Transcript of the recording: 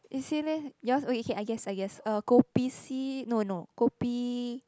eh say leh yours okay I guess I guess uh kopi C no no kopi